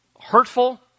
hurtful